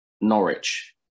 Norwich